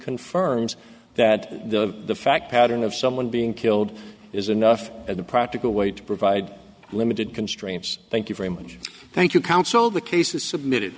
confirms that the fact pattern of someone being killed is enough at the practical way to provide limited constraints thank you very much thank you counsel the case is submitted